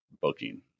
booking